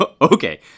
Okay